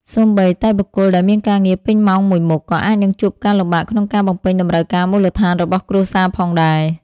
សូម្បីតែបុគ្គលដែលមានការងារពេញម៉ោងមួយមុខ ក៏អាចនឹងជួបការលំបាកក្នុងការបំពេញតម្រូវការមូលដ្ឋានរបស់គ្រួសារផងដែរ។